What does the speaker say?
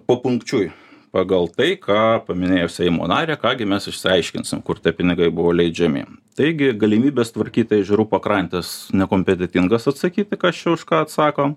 papunkčiui pagal tai ką paminėjo seimo narė ką gi mes išsiaiškinsim kur tie pinigai buvo leidžiami taigi galimybės tvarkyti ežerų pakrantes nekompetentingas atsakyti kas čia už ką atsako